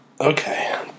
Okay